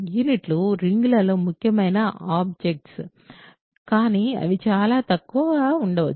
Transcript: యూనిట్లు రింగులలో ముఖ్యమైన అబ్జెక్ట్స్ కానీ అవి చాలా తక్కువగా ఉండవచ్చు